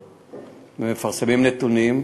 נתונים,